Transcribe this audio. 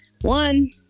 one